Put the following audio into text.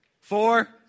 four